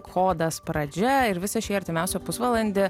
kodas pradžia ir visą šį artimiausią pusvalandį